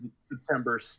September